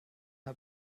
der